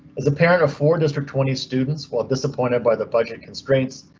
as a parent of four district twenty students, while disappointed by the budget constraints,